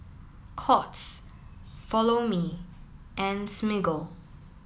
courts Follow Me and Smiggle